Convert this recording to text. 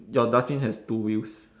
your dustbin has two wheels